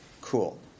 Cool